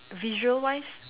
visual wise